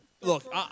Look